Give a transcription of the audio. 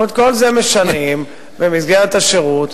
אנחנו משנים את כל זה במסגרת השירות.